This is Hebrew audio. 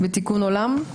בתיקון עולם,